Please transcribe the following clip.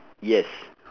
yes